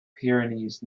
pyrenees